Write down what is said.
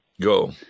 Go